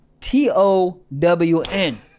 T-O-W-N